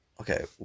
okay